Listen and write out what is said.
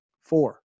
Four